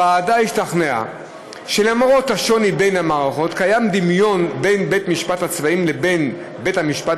הוועדה השתכנעה שלמרות השוני בין המערכות קיים דמיון בין בתי-המשפט